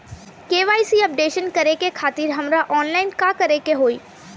KYC update करे खातिर हमरा ऑनलाइन का करे के होई?